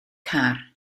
car